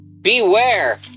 Beware